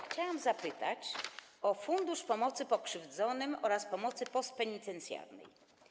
Chciałam zapytać o Fundusz Pomocy Pokrzywdzonym oraz Pomocy Postpenitencjarnej.